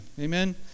amen